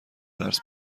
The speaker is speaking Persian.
درس